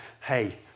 hey